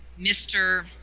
Mr